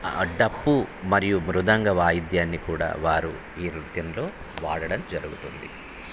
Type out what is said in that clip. ఆ డప్పు మరియు మృదంగ వాయిద్యాన్ని కూడా వారు ఈ నృత్యంలో వాడడం జరుగుతుంది